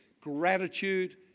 gratitude